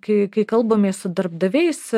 kai kai kalbamės su darbdaviais